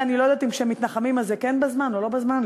אני לא יודעת אם כשמתנחמים זה כן בזמן או לא בזמן,